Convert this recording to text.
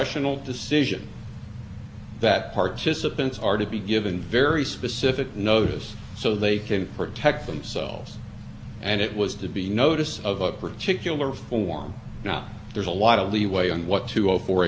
it was to be notice of a particular form now there's a lot of leeway on what to go for each notices look like no doubt about that but a particular kind of information that experience shows will lead people to react to it